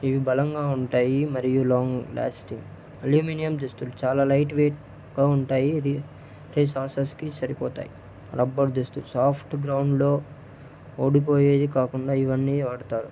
ఇవి బలంగా ఉంటాయి మరియు లాంగ్ లాస్టింగ్ అల్యూమినియం దుస్తులు చాలా లైట్ వెయిట్గా ఉంటాయి రి రేస్ హార్సెస్కి సరిపోతాయి రబ్బర్ దుస్తులు సాఫ్ట్ గ్రౌండ్లో ఓడిపోయేది కాకుండా ఇవన్నీ వాడతారు